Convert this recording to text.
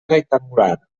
rectangular